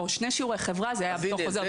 דרך